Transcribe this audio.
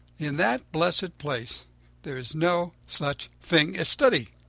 in that blessed place there is no such thing as study.